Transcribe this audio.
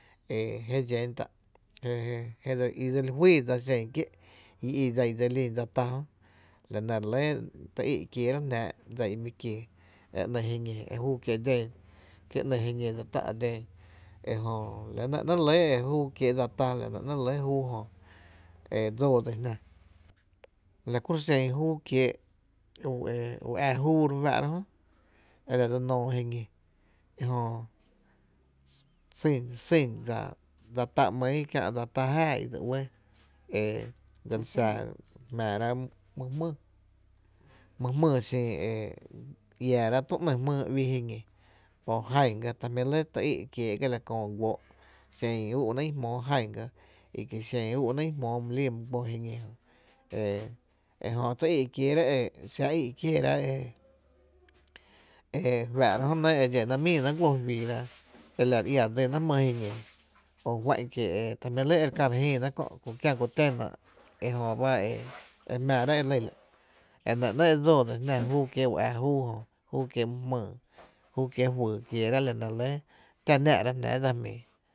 E je dxén tá’ je je e dse li juýy dsa xen kié’ i i i dsa í dsa tá jö la nɇ re lɇ tý í’ kiéerá’ jnáá la jyn dsa i mi ki e ‘ny jiñi júu kiee’ den kie ‘ny jiñi e dse tá’ den e jö la nɇ ‘nɇɇ’ re lɇ júu kiee’ dsa ta e nɇ re lɇ júu jö e dsoo dsín jná, la kuro’ xen júu kiee’ e ä júu re fáá’ra jö nɇ e la dse noo jiñi, sýn dsa tá ‘mýy kiä’ dsa ta jáaá i dse uɇɇ e dseli xa e jmⱥⱥrá’ my jmýy, my jmýy xin e iäärá’ tü, ‘ny jmýy uíi jiñi o e jan gá, ta jmí lɇ tý í’ kiee’ la köö guóó’ xen ú’náá’ i jmóo ján ga i xen ú’náá’ i jmóo my líi my guó jiñi jö e jö tý í’ kiéé’ rá’ e xa í’ kieerá’ e dxénáá’ míi ná’ guoo juiira e la jóó’ e re ienáá’ jmyy jiñi jo juá’n kie’ ta jmí lɇ e re kä re jïï naá’ kö’ ku kiää ku ténáá’ e jö ba e jmⱥⱥ rá e lɇ la’ e nɇ nɇɇ’ e dsoo dsín jná júu kiee’ e ä júu júu kiee’ my jmýy júu kiee’ juyy kieerá’, la nɇ tⱥ náá’ jnáá’ dsa jmií.